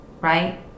right